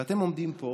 ואתם עומדים פה